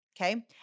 okay